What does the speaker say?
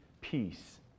peace